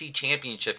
championship